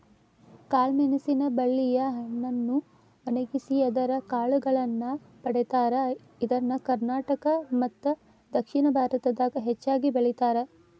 ಕಾಳಮೆಣಸಿನ ಬಳ್ಳಿಯ ಹಣ್ಣನ್ನು ಒಣಗಿಸಿ ಅದರ ಕಾಳುಗಳನ್ನ ಪಡೇತಾರ, ಇದನ್ನ ಕರ್ನಾಟಕ ಮತ್ತದಕ್ಷಿಣ ಭಾರತದಾಗ ಹೆಚ್ಚಾಗಿ ಬೆಳೇತಾರ